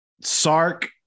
Sark